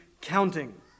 counting